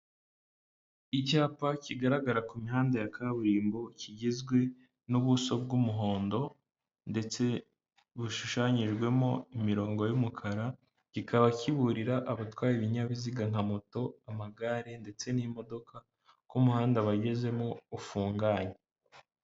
Icyapa kigaragara ku mihanda ya kaburimbo, kigizwe n'ubuso bw'umuhondo ndetse bushushanyijwemo imirongo y'umukara, kikaba kiburira abatwa ibinyabiziga nka moto, amagare ndetse n'imodoka, ko umuhanda bagezemo ufunganye.